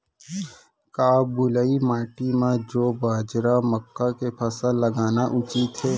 का बलुई माटी म जौ, बाजरा, मक्का के फसल लगाना उचित हे?